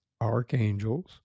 archangels